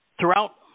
Throughout